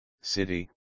city